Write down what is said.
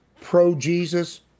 pro-Jesus